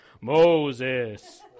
Moses